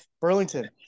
Burlington